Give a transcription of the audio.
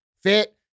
fit